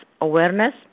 awareness